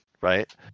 Right